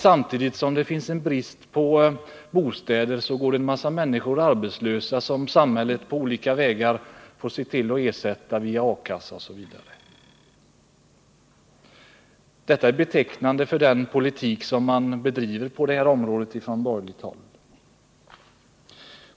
Samtidigt som det råder brist på bostäder går en massa människor arbetslösa, som samhället på olika vägar får ersätta via A-kassor osv. Detta är betecknande för den politik som de borgerliga driver på detta område.